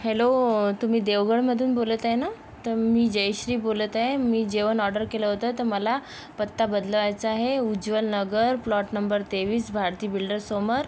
hello तुम्ही देवगडमधून बोलत आहे ना तर मी जयश्री बोलत आहे मी जेवण ऑडर केलं होतं तर मला पत्ता बदलवायचा आहे उज्ज्वल नगर प्लॉट नंबर तेवीस भारती बिल्डरसमोर